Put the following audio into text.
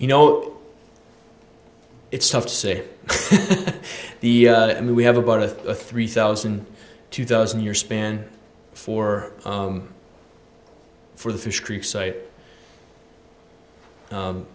you know it's tough to say the i mean we have about a three thousand two thousand year span for for the fish creek site